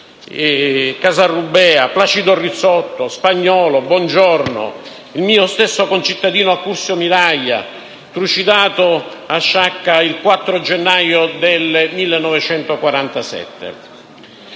Casarrubea, Placido Rizzotto, Spagnolo, Bongiorno e il mio concittadino Accursio Miraglia, trucidato a Sciacca il 4 gennaio 1947.